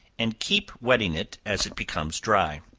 and keep wetting it as it becomes dry.